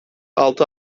altı